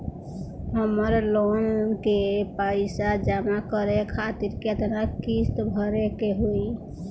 हमर लोन के पइसा जमा करे खातिर केतना किस्त भरे के होई?